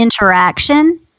interaction